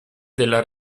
della